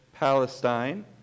Palestine